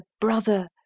brother